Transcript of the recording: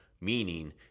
meaning